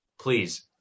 please